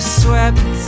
swept